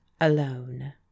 alone